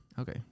Okay